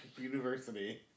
university